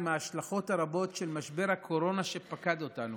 עם ההשלכות הרבות של משבר הקורונה שפקד אותנו.